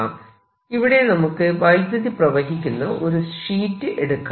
ഉദാഹരണം 2 ഇവിടെ നമുക്ക് വൈദ്യുതി പ്രവഹിക്കുന്ന ഒരു ഷീറ്റ് എടുക്കാം